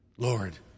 Lord